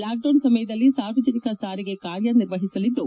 lockdown ಸಮಯದಲ್ಲಿ ಸಾರ್ವಜನಿಕ ಸಾರಿಗೆ ಕಾರ್ಯನಿರ್ವಹಿಸಲಿದ್ದು